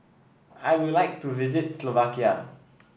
I would like to visit Slovakia